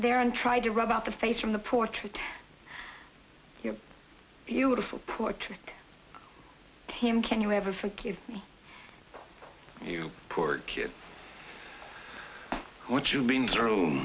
there and tried to rub out the face from the portrait your beautiful portrait painted can you ever forgive me you poor kid what you've been through